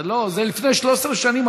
זה לפני 13 שנים,